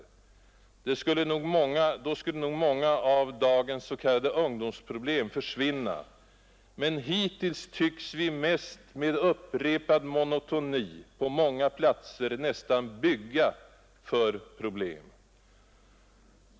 Då skulle nog många av dagens s.k. ungdomsproblem försvinna, men hittills tycks vi mest med upprepad monotoni på många platser nästan bygga för problem.